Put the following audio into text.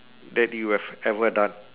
that you have ever done